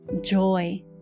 joy